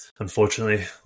Unfortunately